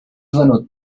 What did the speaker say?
venut